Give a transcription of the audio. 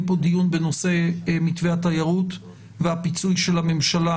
כאן דיון בנושא מתווה התיירות והפיצוי של הממשלה